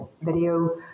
video